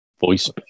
Voice